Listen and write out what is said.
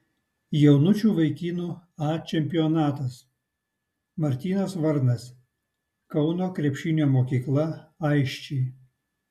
jaunučių vaikinų a čempionatas martynas varnas kauno krepšinio mokykla aisčiai